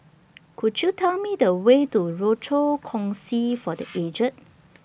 Could YOU Tell Me The Way to Rochor Kongsi For The Aged